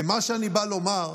מה שאני בא לומר,